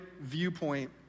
viewpoint